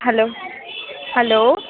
hello hello